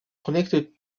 connected